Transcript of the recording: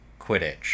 Quidditch